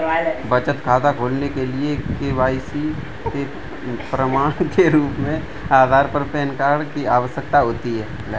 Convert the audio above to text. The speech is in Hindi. बचत खाता खोलने के लिए के.वाई.सी के प्रमाण के रूप में आधार और पैन कार्ड की आवश्यकता होती है